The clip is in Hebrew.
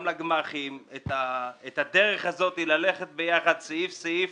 גם לגמ"חים את הדרך ללכת יחד סעיף-סעיף.